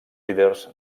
líders